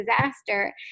disaster